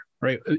right